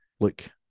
Look